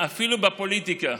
ואפילו בפוליטיקה.